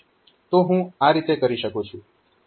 તો હું આ રીતે કરી શકું છું